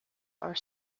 are